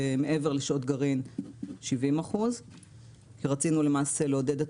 ומעבר לשעות גרעין 70%. כי רצינו למעשה לעודד את